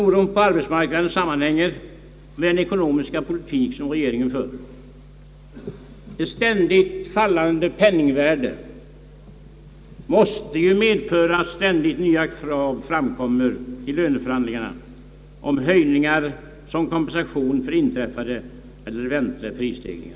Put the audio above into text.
Oron på arbetsmarknaden hänger samman med den ekonomiska politik som regeringen har fört. Det ständigt fallande penningvärdet måste ju medföra att ständigt nya krav framkommer vid löneförhandlingar om höjningar som kompensation för inträffade eller väntade prisstegringar.